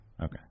Okay